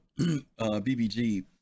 BBG